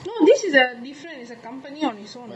no this is a different is a company one so